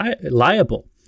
liable